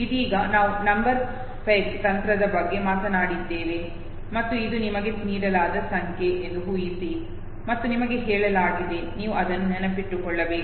ಇದೀಗ ನಾವು number peg ತಂತ್ರದ ಬಗ್ಗೆ ಮಾತನಾಡುತ್ತಿದ್ದೇವೆ ಮತ್ತು ಇದು ನಿಮಗೆ ನೀಡಲಾದ ಸಂಖ್ಯೆ ಎಂದು ಊಹಿಸಿ ಮತ್ತು ನಿಮಗೆ ಹೇಳಲಾಗಿದೆ ನೀವು ಅದನ್ನು ನೆನಪಿಟ್ಟುಕೊಳ್ಳಬೇಕು